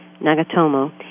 Nagatomo